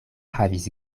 havis